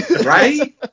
Right